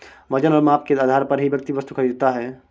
वजन और माप के आधार पर ही व्यक्ति वस्तु खरीदता है